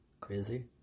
crazy